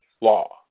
law